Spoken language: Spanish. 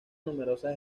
numerosas